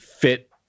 fit